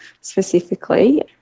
specifically